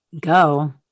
go